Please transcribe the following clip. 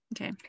Okay